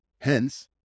Hence